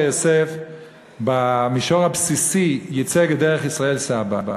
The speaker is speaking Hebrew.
יוסף במישור הבסיסי ייצג את דרך ישראל סבא,